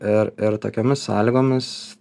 ir ir tokiomis sąlygomis